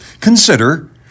Consider